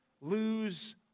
lose